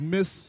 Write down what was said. Miss